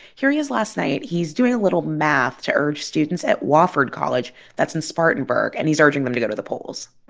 here he is last night. he's doing a little math to urge students at wofford college that's in spartanburg and he's urging them to go to the polls